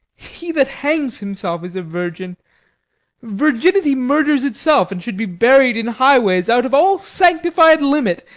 he that hangs himself is a virgin virginity murders itself, and should be buried in highways, out of all sanctified limit,